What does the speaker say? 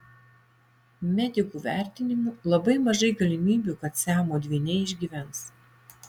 medikų vertinimu labai mažai galimybių kad siamo dvyniai išgyvens